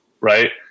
Right